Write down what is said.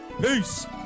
peace